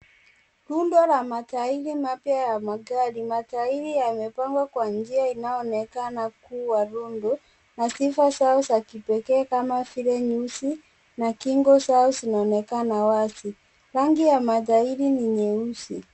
Rundo la matairi mapya ya magari. Matairi yamepangwa kwa njia inayoonekana kuwa rundo, na sifa zao za kipekee kama vile nyusi na kingo zao zinaonekana wazi. Rangi ya matairi ni nyeusi.